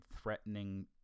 threatening